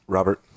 Robert